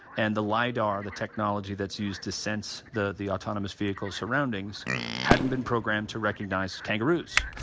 and the lidar the technology that's used to sense the the autonomous vehicle surroundings hadn't been programmed to recognize kangaroos.